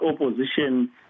opposition